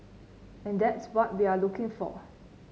and that's what we are looking for